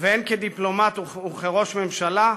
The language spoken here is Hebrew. והן כדיפלומט וכראש ממשלה,